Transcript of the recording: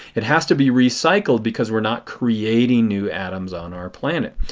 it has to be recycled because we are not creating new atoms on our planet.